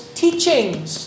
teachings